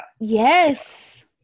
Yes